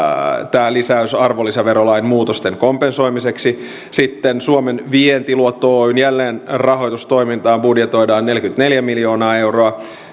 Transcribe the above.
tämä lisäys arvonlisäverolain muutosten kompensoimiseksi sitten suomen vientiluotto oyn jälleenrahoitustoimintaan budjetoidaan neljäkymmentäneljä miljoonaa euroa